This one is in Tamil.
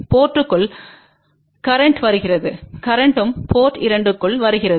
போர்ட் 1 க்குள் கரேன்ட்மும் வருகிறது கரேன்ட்மும் போர்ட் 2 க்குள் வருகிறது